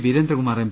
Veerendrakumar M